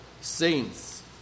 saints